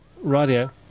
radio